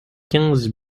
quinze